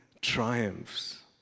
triumphs